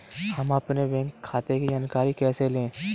हम अपने बैंक खाते की जानकारी कैसे लें?